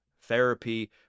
therapy